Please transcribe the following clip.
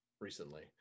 recently